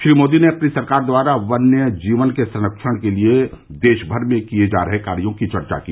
श्री मोदी ने अपनी सरकार द्वारा वन्य जीवन के संरक्षण के लिए देशमर में किए जा रहे कार्यों की चर्चा की